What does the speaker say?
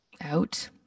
out